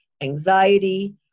Anxiety